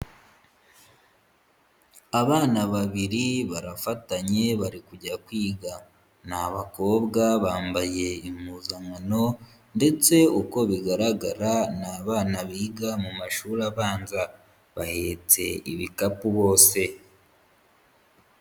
Abana babiri barafatanye bari kujya kwiga. Ni abakobwa, bambaye impuzankano, ndetse uko bigaragara ni abana biga mu mashuri abanza. Bahetse ibikapu bose.